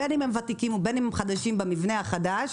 בין אם הם וותיקים ובין אם הם חדשים במבנה החדש